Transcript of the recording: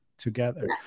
together